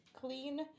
clean